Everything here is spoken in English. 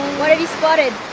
what have you spotted?